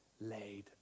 laid